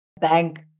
Thank